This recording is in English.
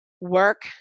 work